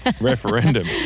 referendum